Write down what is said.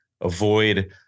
avoid